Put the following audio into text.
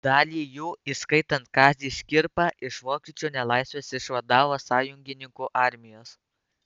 dalį jų įskaitant kazį škirpą iš vokiečių nelaisvės išvadavo sąjungininkų armijos